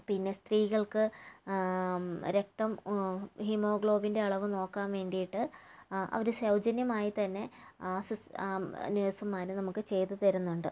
പിന്നെ സ്ത്രീകൾക്ക് രക്തം ഹീമോഗ്ലോബിൻ്റെ അളവ് നോക്കാൻ വേണ്ടിയിട്ട് അവര് സൗജന്യമായി തന്നെ സിസ് നേഴ്സുമാര് നമുക്ക് ചെയ്തു തരുന്നുണ്ട്